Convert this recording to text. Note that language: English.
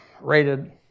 rated